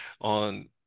on